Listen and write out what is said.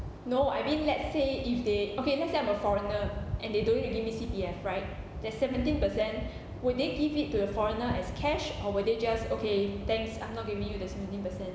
no I mean let's say if they okay let's say I'm a foreigner and they don't really give me C_P_F right that seventeen percent would they give it to the foreigner as cash or will they just okay thanks I'm not giving you the seventeen percent